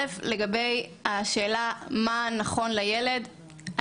לגבי השאלה מה נכון לילד,